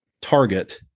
target